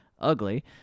ugly